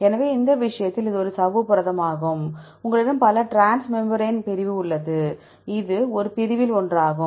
எனவே இந்த விஷயத்தில் இது ஒரு சவ்வு புரதமாகும் உங்களிடம் பல டிரான்ஸ்மேம்பிரேன் பிரிவு உள்ளது இது ஒரு பிரிவில் ஒன்றாகும்